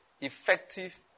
effective